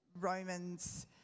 Romans